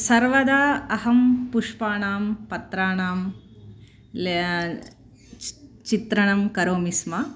सर्वदा अहं पुष्पाणां पत्राणां चि चित्रणं करोमि स्म